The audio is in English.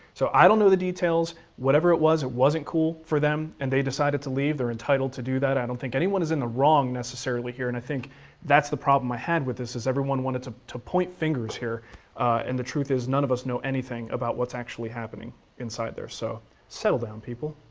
so i don't know the details. whatever it was, it wasn't cool for them and they decided to leave. they're entitled to do that. i don't think anyone is in the wrong necessarily here and i think that's the problem i had with this is everyone wanted to to point fingers here and the truth is none of us know anything about what's actually happening inside there. so settle down, people.